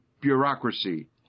bureaucracy